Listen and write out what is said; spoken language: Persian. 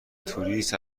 توریست